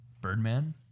Birdman